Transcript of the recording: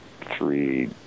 three